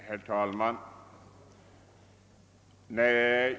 Herr talman!